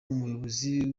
umuyobozi